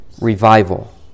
revival